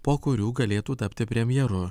po kurių galėtų tapti premjeru